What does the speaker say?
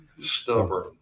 Stubborn